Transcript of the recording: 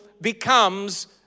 becomes